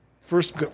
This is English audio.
First